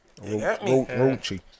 Roachy